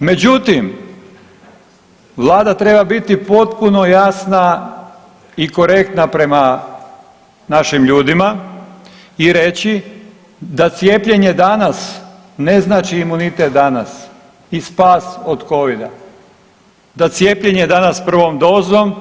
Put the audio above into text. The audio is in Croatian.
Međutim, vlada treba biti potpuno jasna i korektna prema našim ljudima i reći da cijepljenje danas ne znači imunitet danas i spas od covida, da cijepljenje danas prvom dozom